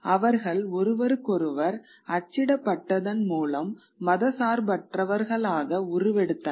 அவர்கள் ஒருவருக்கொருவர் அச்சிடப்பட்டதன் மூலம் மதச்சார்பற்றவர்களாக உருவெடுத்தனர்